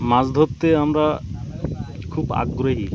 মাছ ধরতে আমরা খুব আগ্রহী